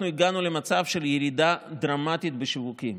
אנחנו הגענו למצב של ירידה דרמטית בשיווקים.